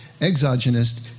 exogenous